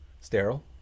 Sterile